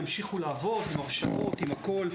ימשיכו לעבוד עם הרשאות והכול.